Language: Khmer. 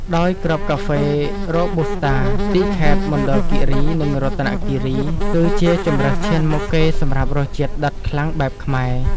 ដោយគ្រាប់កាហ្វេរ៉ូប៊ូស្តា ពីខេត្តមណ្ឌលគីរី និងរតនគីរី គឺជាជម្រើសឈានមុខគេសម្រាប់រសជាតិដិតខ្លាំងបែបខ្មែរ។